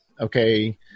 okay